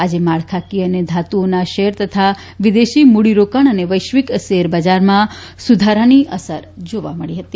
આજે માળખાંકિય અને ધાતુઓના શેર તથા વિદેશી મ્રડીરોકાણ અને વૈશ્વિક શેરબજારમાં સુધારાની અસર જોવા મળી હતી